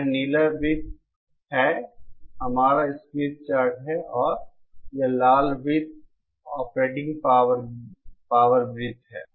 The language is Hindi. यह नीला वृत्त है हमारा स्मिथ चार्ट है और यह लाल वृत्त ऑपरेटिंग पावर वृत्त हैं